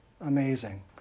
amazing